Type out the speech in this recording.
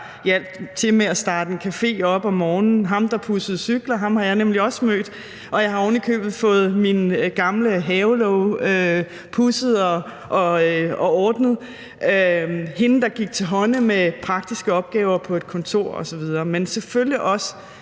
der hjalp til med at starte en café op om morgenen; ham, der pudsede cykler, for ham har jeg nemlig også mødt, og jeg har ovenikøbet fået min gamle havelåge pudset og ordnet; hende, der gik til hånde med praktiske opgaver på et kontor osv. – men selvfølgelig også